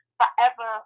forever